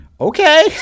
okay